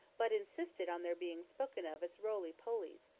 but insisted on their being spoken of as roley poleys!